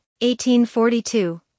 1842